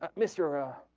um mister ah